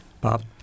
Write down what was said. Bob